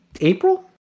April